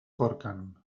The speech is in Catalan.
corquen